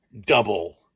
double